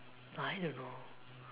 I don't know